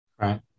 right